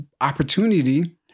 opportunity